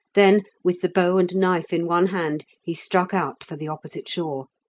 then with the bow and knife in one hand he struck out for the opposite shore.